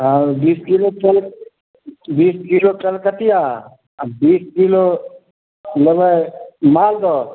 आओर बीस किलो चौं आ बीस किलो कलकतिआ आ बीस किलो लेबै मालदह